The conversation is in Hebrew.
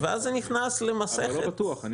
ואז זה נכנס למסכת -- אני לא בטוח כי